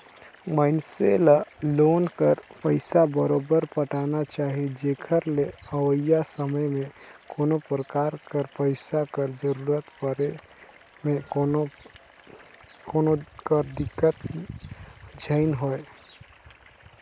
मइनसे ल लोन कर पइसा बरोबेर पटाना चाही जेकर ले अवइया समे में कोनो परकार कर पइसा कर जरूरत परे में कोनो कर दिक्कत झेइन होए